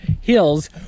hills